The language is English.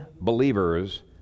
believers